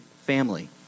family